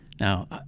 Now